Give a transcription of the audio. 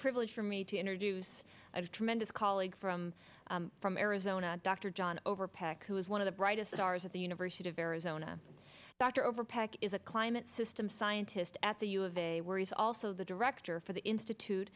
privilege for me to introduce a tremendous colleague from from arizona dr john overpeck who is one of the brightest stars at the university of arizona dr overpeck is a climate system scientist at the u of a worry is also the director for the institute